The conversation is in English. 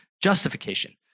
justification